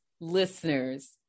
listeners